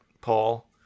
paul